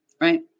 Right